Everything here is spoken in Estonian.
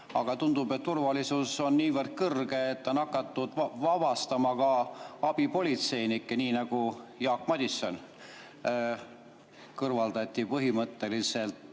Aga tundub, et turvalisus on niivõrd kõrge, et on hakatud vabastama ka abipolitseinikke, nii nagu Jaak Madison põhimõtteliselt